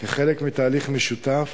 כחלק מתהליך משותף